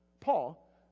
Paul